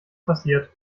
passiert